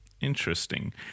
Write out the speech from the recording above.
Interesting